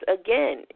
again